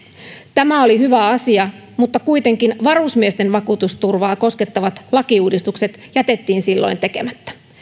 tämä oli hyvä asia mutta kuitenkin varusmiesten vakuutusturvaa koskettavat lakiuudistukset jätettiiin silloin tekemättä